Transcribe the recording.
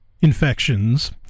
infections